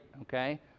okay